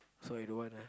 so I don't want ah